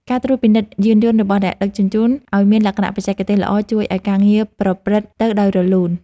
ការត្រួតពិនិត្យយានយន្តរបស់អ្នកដឹកជញ្ជូនឱ្យមានលក្ខណៈបច្ចេកទេសល្អជួយឱ្យការងារប្រព្រឹត្តទៅដោយរលូន។